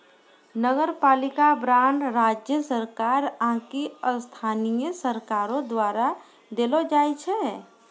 नगरपालिका बांड राज्य सरकार आकि स्थानीय सरकारो द्वारा देलो जाय छै